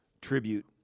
tribute